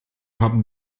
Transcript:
haben